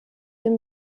den